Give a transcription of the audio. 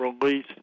release